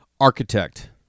Architect